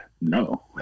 No